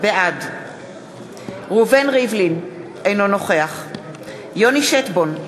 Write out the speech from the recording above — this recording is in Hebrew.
בעד ראובן ריבלין, אינו נוכח יוני שטבון,